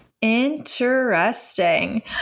Interesting